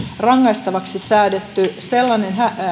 rangaistavaksi säädetty sellainen